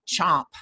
chomp